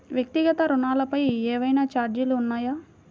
వ్యక్తిగత ఋణాలపై ఏవైనా ఛార్జీలు ఉన్నాయా?